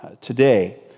today